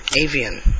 avian